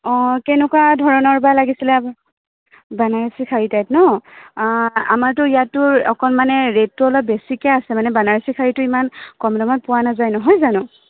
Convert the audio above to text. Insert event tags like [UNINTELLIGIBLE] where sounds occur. অঁ কেনেকুৱা ধৰণৰ বা লাগিছিলে [UNINTELLIGIBLE] বানাৰসী শাড়ী টাইপ ন আমাৰতো ইয়াততো অকণ মানে ৰেটতো অলপ বেছিকে আছে মানে বানাৰসী শাড়ীতো ইমান কম দামত পোৱা নাযায় নহয় জানো